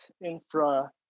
infra